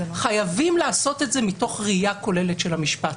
חייבים לעשות את זה מתוך ראייה כוללת של המשפט,